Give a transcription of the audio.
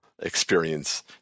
experience